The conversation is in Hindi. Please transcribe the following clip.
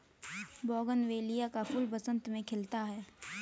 बोगनवेलिया का फूल बसंत में खिलता है